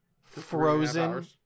frozen